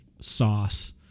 sauce